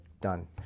done